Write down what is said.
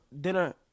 dinner